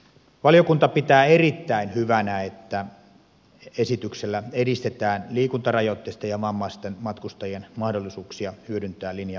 valiokunta pitää erittäin hyvänä että esityksellä edistetään liikuntarajoitteisten ja vammaisten matkustajien mahdollisuuksia hyödyntää linja autoliikennettä